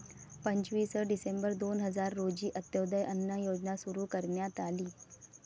पंचवीस डिसेंबर दोन हजार रोजी अंत्योदय अन्न योजना सुरू करण्यात आली